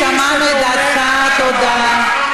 אתה יכול להגיד שהוא אנטי-ציוני,